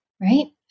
right